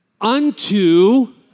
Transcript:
unto